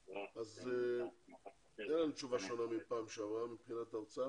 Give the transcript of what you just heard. אז אין לנו תשובה שונה מפעם שעברה מבחינת האוצר.